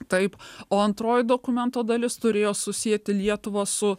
taip o antroji dokumento dalis turėjo susieti lietuvą su